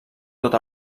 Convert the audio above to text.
tot